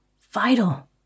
vital